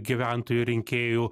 gyventojų rinkėjų